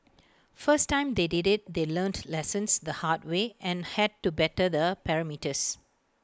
first time they did IT they learnt lessons the hard way and had to better the parameters